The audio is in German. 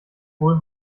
wohl